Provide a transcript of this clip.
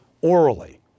orally